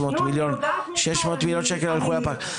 600 מיליון שקל הלכו לפח.